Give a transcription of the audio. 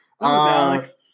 Alex